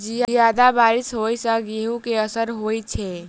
जियादा बारिश होइ सऽ गेंहूँ केँ असर होइ छै?